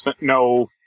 no